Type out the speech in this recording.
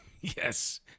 Yes